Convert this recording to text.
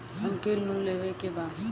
हमके लोन लेवे के बा?